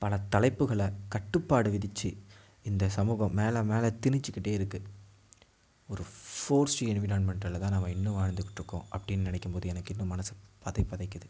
பல தலைப்புகளை கட்டுப்பாடு விதித்து இந்த சமூகம் மேலே மேலே திணித்துக்கிட்டே இருக்குது ஒரு ஃபோர்ஸ்ட் என்விரான்மெண்ட்டலில் தான் நம்ம இன்னும் வாழ்ந்துக்கிட்டிருக்கோம் அப்படின் நினைக்கும்போது எனக்கு இன்னும் மனது பதைபதைக்கிறது